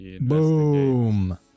Boom